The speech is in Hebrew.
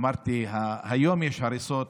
אמרתי, היום יש הריסות